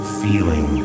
feeling